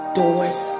doors